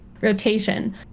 rotation